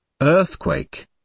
earthquake